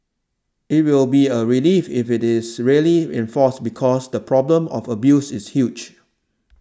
it will be a relief if it is really enforced because the problem of abuse is huge